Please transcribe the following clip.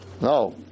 no